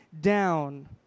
down